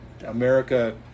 America